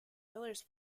millers